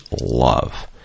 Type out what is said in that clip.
love